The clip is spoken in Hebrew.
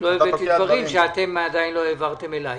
הבאתי דברים שאתם עדיין לא העברתם אלי.